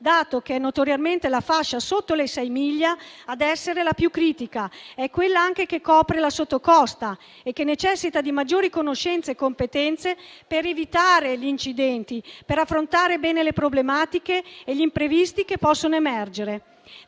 dato che notoriamente è la fascia sotto le 6 miglia ad essere la più critica; è anche quella che copre la sottocosta e che necessita di maggiori conoscenze e competenze per evitare gli incidenti e affrontare bene le problematiche e gli imprevisti che possono emergere.